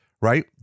right